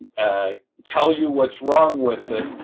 ah tell you what's wrong with it,